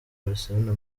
barcelona